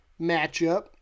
matchup